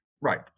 Right